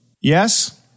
Yes